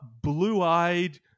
blue-eyed